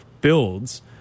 builds